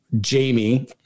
Jamie